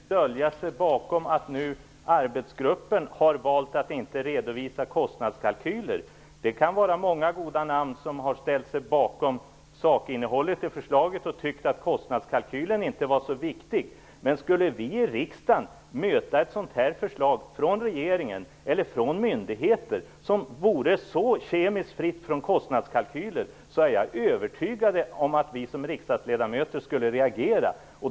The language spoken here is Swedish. Herr talman! Ingvar Johnsson skall inte dölja sig bakom att arbetsgruppen har valt att inte redovisa kostnadskalkyler. Det kan vara många goda namn som har ställt sig bakom sakinnehållet i förslaget och tyckt att kostnadskalkylen inte var så viktig. Men skulle vi i riksdagen möta ett förslag från regeringen eller från myndigheter som vore så kemiskt fritt från kostnadskalkyler är jag övertygad om att vi som riksdagsledamöter skulle reagera.